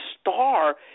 star